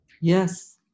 Yes